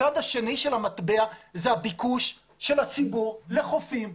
הצד השני של המטבע הוא הביקוש של הציבור לחופים פתוחים.